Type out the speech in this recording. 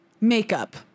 makeup